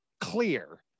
clear